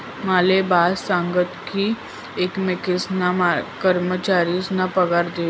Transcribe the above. माले बॉस सांगस की आपण एकमेकेसना कर्मचारीसना पगार दिऊत